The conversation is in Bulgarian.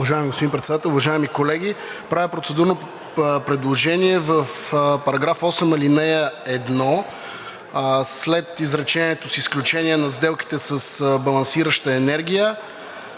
уважаеми колеги! Правя процедурно предложение в § 8, ал. 1, след изречението „С изключение на сделките с балансираща енергия“